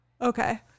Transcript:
Okay